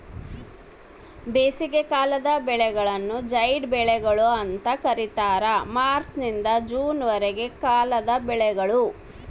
ಬೇಸಿಗೆಕಾಲದ ಬೆಳೆಗಳನ್ನು ಜೈಡ್ ಬೆಳೆಗಳು ಅಂತ ಕರೀತಾರ ಮಾರ್ಚ್ ನಿಂದ ಜೂನ್ ವರೆಗಿನ ಕಾಲದ ಬೆಳೆಗಳು